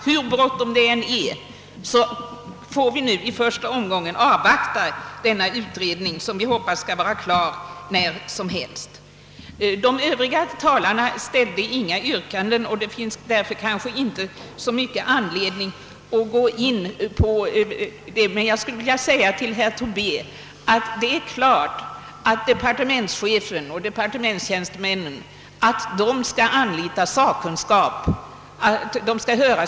Hur bråttom det än är, måste vi i första omgången avvakta utredningens resultat, som vi hoppas skall vara klart när som helst. De övriga talarna ställde inga yrkanden, och det finns kanske därför: inte anledning att gå in på deras anföranden. Men jag skulle vilja säga till herr Tobé att departementschefen och departementstjänstemännen givetvis skall höra sakkunskapens mening om olika förslag.